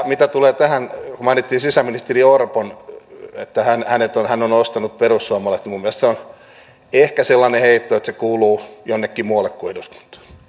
mitä tulee tähän kun mainittiin sisäministeri orpo että hän on ostanut perussuomalaiset niin minun mielestäni se on ehkä sellainen heitto että se kuuluu jonnekin muualle kuin eduskuntaan